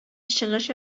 чыгыш